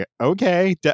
okay